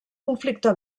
conflicte